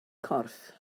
corff